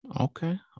Okay